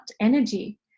energy